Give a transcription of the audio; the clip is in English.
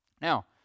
Now